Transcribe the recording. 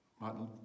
Martin